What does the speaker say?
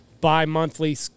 bi-monthly